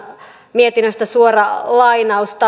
mietinnöstä suora lainaus